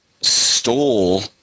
stole